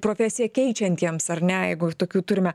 profesiją keičiantiems ar ne jeigu tokių turime